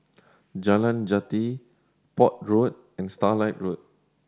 Jalan Jati Port Road and Starlight Road